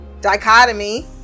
dichotomy